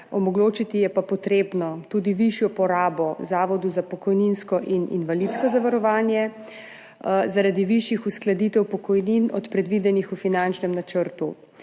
omogočiti je pa treba tudi višjo porabo Zavodu za pokojninsko in invalidsko zavarovanje zaradi višjih uskladitev pokojnin od predvidenih v finančnem načrtu,